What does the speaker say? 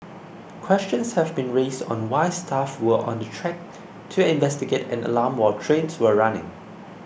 questions have been raised on why staff were on the track to investigate an alarm while trains were running